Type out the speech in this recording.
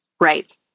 Right